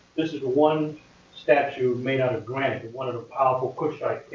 this is one statue made out of granite. one of the powerful kushite